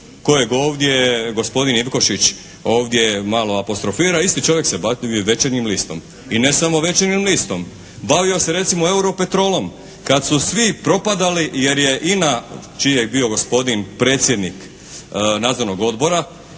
kojeg ovdje gospodin Ivkošić ovdje malo apostrofira, isti čovjek se bavio "Večernjim listom". I ne samo "Večernjim listom". Bavio se recimo "Europetrolom". Kad su svi propadali jer je INA čiji je bio gospodin predsjednik nadzornog odbora